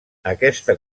aquesta